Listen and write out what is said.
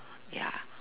ya